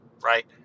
right